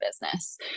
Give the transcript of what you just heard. business